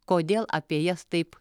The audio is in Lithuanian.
kodėl apie jas taip